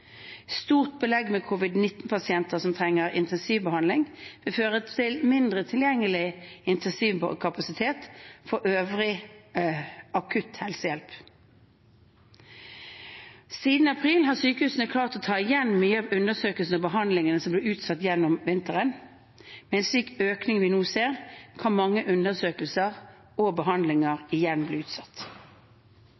stort belegg med covid-19 pasienter som trenger intensivbehandling, vil føre til mindre tilgjengelig intensivkapasitet for øvrig akutt helsehjelp. Siden april har sykehusene klart å ta igjen mye av undersøkelsene og behandlingene som ble utsatt gjennom vinteren. Med en slik utvikling vi nå ser, kan mange undersøkelser og behandlinger